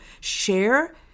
share